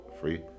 free